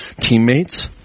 teammates